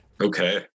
Okay